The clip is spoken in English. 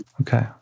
Okay